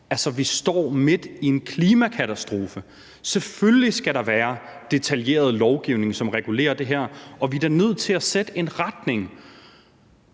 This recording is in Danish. Altså, vi står midt i en klimakatastrofe, så selvfølgelig skal der være detaljeret lovgivning, som regulerer det her, og vi er da nødt til at sætte en retning.